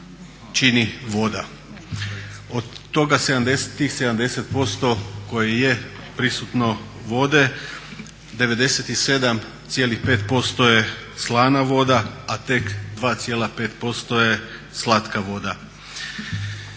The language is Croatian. čini voda. Od tih 70% koje je prisutno vode 97,5% je slana voda, a tek 2,5% je slatka voda